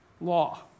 law